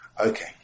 Okay